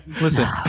listen